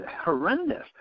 horrendous